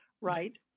Right